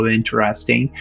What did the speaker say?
interesting